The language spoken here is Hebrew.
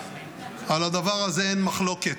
על הדבר הזה אין מחלוקת,